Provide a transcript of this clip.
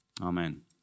Amen